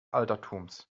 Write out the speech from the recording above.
altertums